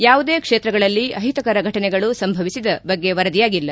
ಯಾವುದೇ ಕ್ಷೇತ್ರಗಳಲ್ಲಿ ಅಒತಕರ ಘಟನೆಗಳು ಸಂಭವಿಸಿದ ಬಗ್ಗೆ ವರದಿಯಾಗಿಲ್ಲ